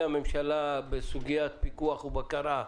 הממשלה לא הכי חזקים בסוגיית פיקוח ובקרה.